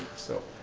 so,